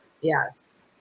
Yes